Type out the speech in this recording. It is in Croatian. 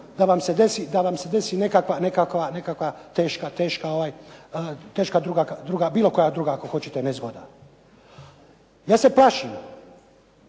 da vam se desi nekakva teška druga, bilo koja druga nezgoda. Ja se plašim